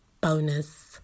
Bonus